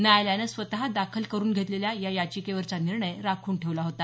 न्यायालयानं स्वत दाखल करून घेतलेल्या या याचिकेवरचा निर्णय राखून ठेवला होता